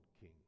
king